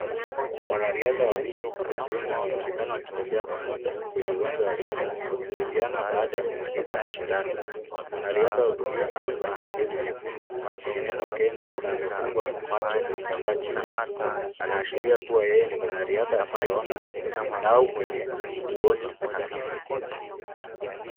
Wanariadha wawili wakiume wanaonekana wakitembea pamoja kwenye uwanja wa riadha wakisaidia baada ya kumaliza mashindano, mwanariadha wa kulia amevalia jezi nyekundu lenye neno Kenya na amefungwa macho kwa kitambaa cheusi, anaashiria kuwa yeye ni mwanariadha asiyeona na au mwenye uoni hafifu.